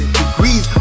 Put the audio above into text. degrees